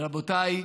רבותיי,